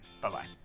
Bye-bye